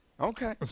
Okay